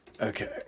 okay